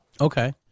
Okay